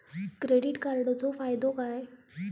Credit कार्डाचो फायदो काय?